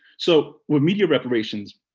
so with media reparations,